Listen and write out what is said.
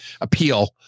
appeal